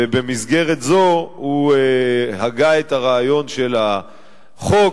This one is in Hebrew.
ובמסגרת זו הוא הגה את הרעיון של החוק.